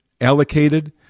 allocated